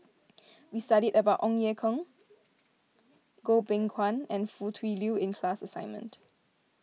we studied about Ong Ye Kung Goh Beng Kwan and Foo Tui Liew in the class assignment